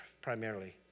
primarily